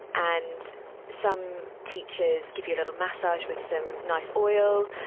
and some teachers give you a little massage with some nice oil,